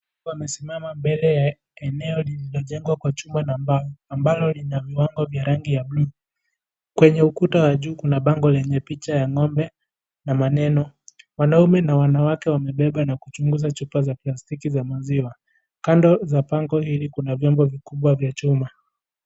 Watu wamesimama mbele ya eneo lililojengwa kwa chuma na mbao ambalo lina milango ya rangi ya bluu kwenye ukuta wa juu kuna bango lenye picha ya ng'ombe na maneno, wanaume na wanawake wanabeba na kuchunguza chupa za plastiki za maziwa, kando za bango hili kuna vyombo vikubwa vya chuma.